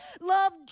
Love